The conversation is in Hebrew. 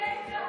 אללה